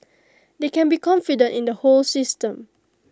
they can be confident in the whole system